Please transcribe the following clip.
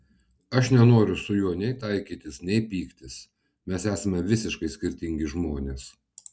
aš nenoriu su juo nei taikytis nei pyktis mes esame visiškai skirtingi žmonės